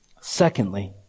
Secondly